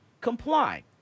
Comply